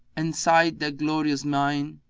and sight that glorious mien?